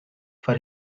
for